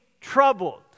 troubled